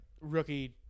rookie –